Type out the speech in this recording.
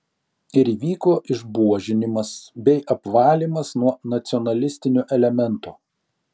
ir įvyko išbuožinimas bei apvalymas nuo nacionalistinio elemento